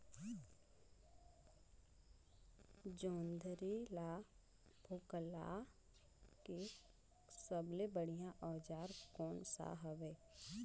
जोंदरी ला फोकला के सबले बढ़िया औजार कोन सा हवे?